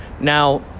Now